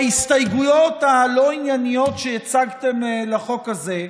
בהסתייגויות הלא-ענייניות שהצגתם לחוק הזה,